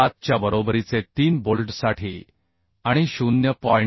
7 च्या बरोबरीचे 3 बोल्टसाठी आणि 0